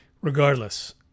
Regardless